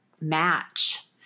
match